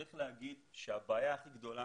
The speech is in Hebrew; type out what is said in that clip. צריך לומר שהבעיה הכי גדולה